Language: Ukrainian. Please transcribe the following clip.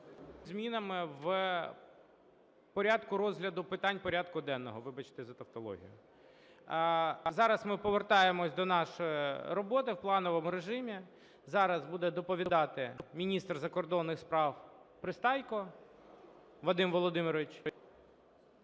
змінами в порядку розгляду питань порядку денного, вибачте за тавтологію. Зараз ми повертаємося до нашої роботи в плановому режимі. Зараз буде доповідати міністр закордонних справ Пристайко Вадим Володимирович